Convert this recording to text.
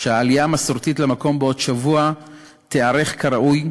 לוודא שהעלייה המסורתית למקום בעוד שבוע תיערך כראוי.